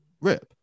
Rip